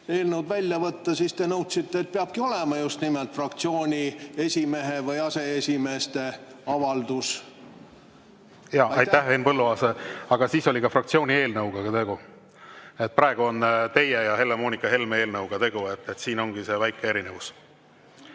eelnõu välja võtta, te nõudsite, et peabki olema just nimelt fraktsiooni esimehe või aseesimeeste avaldus. Aitäh, Henn Põlluaas! Siis oli tegu fraktsiooni eelnõuga, aga praegu on tegu teie ja Helle-Moonika Helme eelnõuga. Siin ongi see väike erinevus. Head